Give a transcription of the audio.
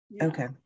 Okay